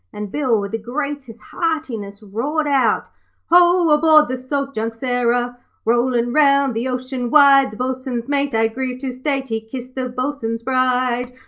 and bill with the greatest heartiness roared out ho, aboard the salt junk sarah rollin' round the ocean wide, the bo'sun's mate, i grieve to state, he kissed the bo'sun's bride.